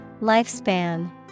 Lifespan